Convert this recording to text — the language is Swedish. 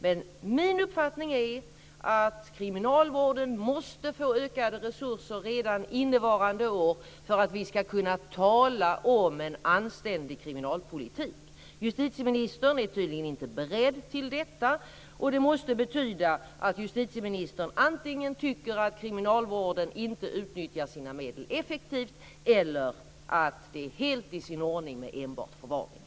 Men min uppfattning är att kriminalvården måste få ökade resurser redan innevarande år för att vi ska kunna tala om en anständig kriminalpolitik. Justitieministern är tydligen inte beredd till detta, och det måste betyda att hon antingen tycker att kriminalvården inte utnyttjar sina medel effektivt eller att det är helt i sin ordning med enbart förvaring.